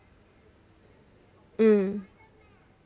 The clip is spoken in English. mm